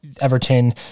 Everton